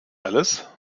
alles